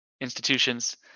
institutions